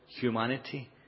humanity